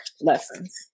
Lessons